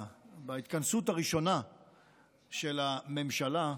בהתכנסות הראשונה של הממשלה,